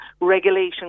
regulation